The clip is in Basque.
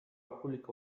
publiko